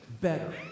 better